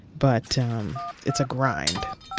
but um it's a grind.